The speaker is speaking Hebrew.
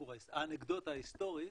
האנקדוטה ההיסטורית,